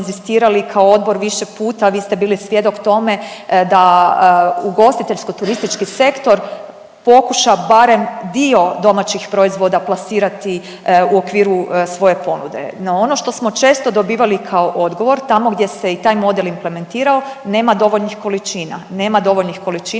kao odbor više puta, vi ste bili svjedok tome da ugostiteljsko-turistički sektor pokuša barem dio domaćih proizvoda plasirati u okviru svoje ponude. No, ono što smo često dobivali kao odgovor tamo gdje se i taj model implementirao nema dovoljnih količina,